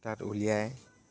তাত উলিয়াই